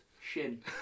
Shin